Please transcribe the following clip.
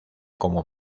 como